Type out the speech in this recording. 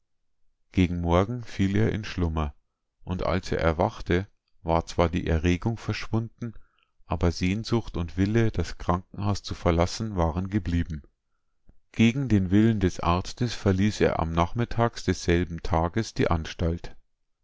gegen morgen fiel er in schlummer und als er erwachte war zwar die erregung verschwunden aber sehnsucht und wille das krankenhaus zu verlassen waren geblieben gegen den willen des arztes verließ er am nachmittags desselben tages die anstalt